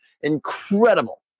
Incredible